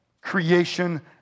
creation